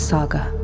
Saga